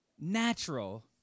natural